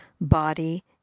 body